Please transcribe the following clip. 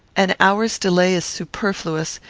an hour's delay is superfluous,